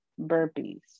burpees